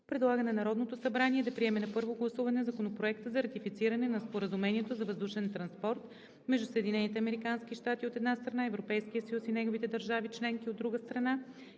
предлага на Народното събрание да приеме на първо гласуване Законопроект за ратифициране на Споразумението за въздушен транспорт между Съединените американски щати, от една страна, Европейския съюз и неговите държави членки, от друга страна,